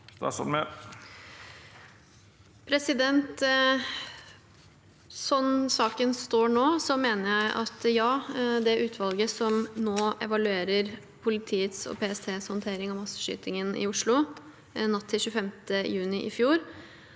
Slik saken står nå, mener jeg ja. Det utvalget som nå evaluerer politiets og PSTs håndtering av masseskytingen i Oslo natt til 25. juni i fjor,